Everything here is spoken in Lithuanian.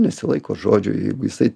nesilaiko žodžio jeigu jisai